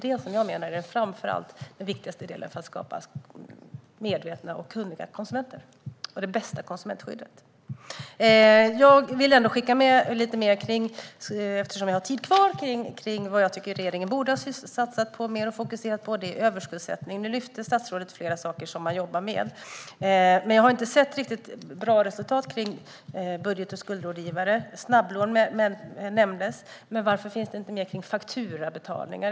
Det menar jag framför allt är den viktigaste delen för att skapa medvetna och kunniga konsumenter och det bästa konsumentskyddet. Jag vill ändå skicka med lite mer, eftersom jag har talartid kvar, om vad jag tycker att regeringen borde satsat på mer och fokuserat på. Det är överskuldsättning. Nu lyfte statsrådet fram flera saker som man jobbar med. Men jag har inte sett riktigt bra resultat för budget och skuldrådgivare. Snabblån nämndes. Men varför finns det inte mer om fakturabetalningar?